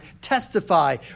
Testify